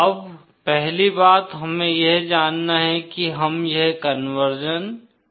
अब पहली बात हमें यह जानना है कि हम यह कन्वर्शन क्यों करते हैं